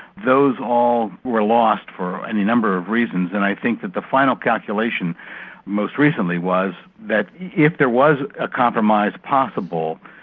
those all were lost for any number of reasons and i think that the final calculation most recently was that if there was a compromise possible,